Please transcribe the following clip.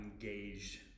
engaged